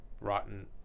Rotten